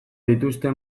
dituzte